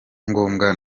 ngombwa